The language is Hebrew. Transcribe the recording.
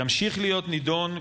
ימשיך להיות נידון,